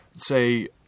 say